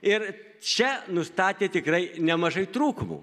ir čia nustatė tikrai nemažai trūkumų